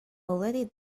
already